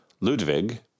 Ludwig